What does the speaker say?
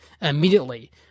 immediately